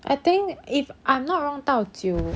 I think if I'm not wrong 到九